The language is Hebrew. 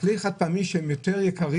חד-פעמיים מתבלים